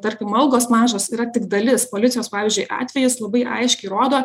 tarkim algos mažos yra tik dalis policijos pavyzdžiui atvejis labai aiškiai rodo